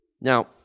Now